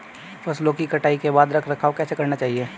फसलों की कटाई के बाद रख रखाव कैसे करना चाहिये?